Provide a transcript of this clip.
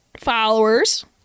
followers